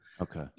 okay